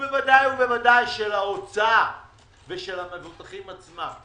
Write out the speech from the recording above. ובוודאי של האוצר ושל המבוטחים עצמם.